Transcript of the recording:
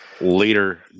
Later